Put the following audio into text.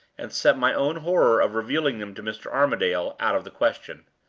and set my own horror of revealing them to mr. armadale out of the question.